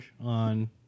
on